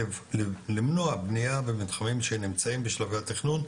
למנוע בנייה במתחמים שנמצאים בשלבי התכנון,